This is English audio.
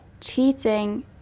cheating